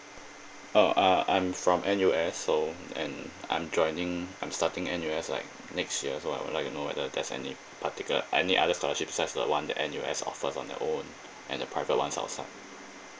uh uh I'm from N_U_S so and I'm joining I'm starting N_U_S like next year so I would like to know whether there's any particular any other scholarship such the one that N_U_S offers on their own and the private ones outside